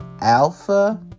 Alpha